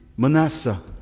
Manasseh